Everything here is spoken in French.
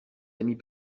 amis